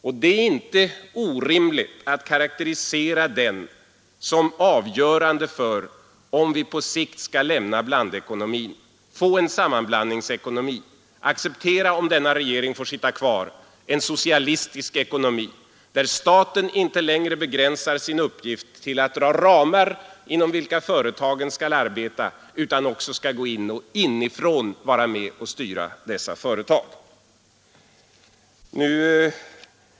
Och det är orimligt att karakterisera den som avgörande för om vi på sikt skall lämna blandekonomin och få en samblandningsekonomi samt — om denna regering skall sitta kvar — acceptera en socialistisk ekonomi, där staten inte längre begränsar sin uppgift till att dra ramar inom vilka företagen skall arbeta utan också inifrån skall vara med och styra dessa företag.